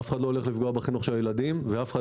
אף אחד לא הולך לפגוע בחינוך של הילדים ואף אחד